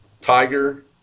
Tiger